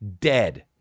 Dead